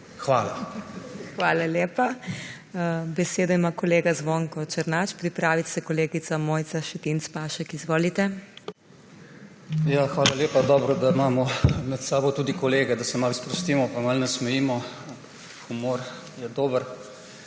HOT: Hvala lepa. Besedo ima kolega Zvonko Černač, pripravi se kolegica Mojca Šetinc Pašek. Izvolite. ZVONKO ČERNAČ (PS SDS): Hvala lepa. Dobro, da imamo med sabo tudi kolege, da se malo sprostimo pa malo nasmejimo. Humor je dober